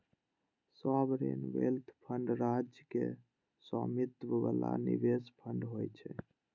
sovereign wealth fund राज्य के स्वामित्व बला निवेश फंड होइ छै